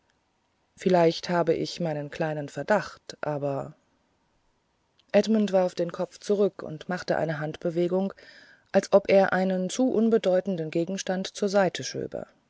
vielleicht hab ich meinen kleinen verdacht aber edmund warf den kopf zurück und machte eine handbewegung als ob er einen zu unbedeutenden gegenstand zur seite schöbe